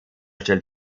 stellt